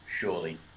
surely